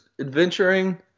adventuring